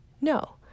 No